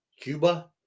Cuba